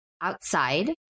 Outside